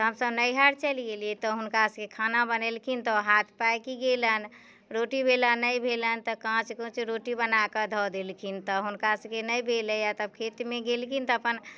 तऽ हमसभ नैहर चलि गेलियै तऽ हुनका से खाना बनेलखिन तऽ हाथ पाकि गेलनि रोटी बेलऽ नहि भेलनि तऽ काँच कुँच रोटी बनाकऽ धऽ देलखिन तऽ हुनका सभके नहि भेलैए तब खेतमे गेलखिन तऽ अपन